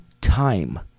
time